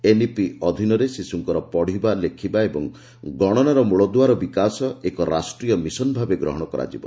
NEP ଅଧୀନରେ ଶିଶୁଙ୍କର ପଢ଼ିବା ଲେଖିବା ଏବଂ ଗଣନାର ମୂଳଦ୍ରଆର ବିକାଶ ଏକ ରାଷ୍ଟ୍ରୀୟ ମିଶନ୍ ଭାବେ ଗ୍ରହଣ କରାଯିବ